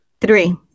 Three